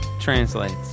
translates